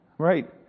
Right